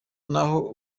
naho